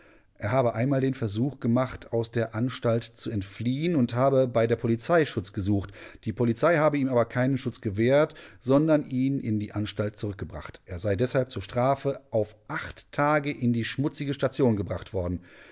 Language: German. er habe einmal den versuch gemacht aus der anstalt zu entfliehen und habe bei der polizei schutz gesucht die polizei habe ihm aber keinen schutz gewährt sondern ihn in die anstalt zurückgebracht er sei deshalb zur strafe auf acht tage in die schmutzige station gebracht worden